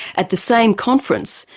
at the same conference,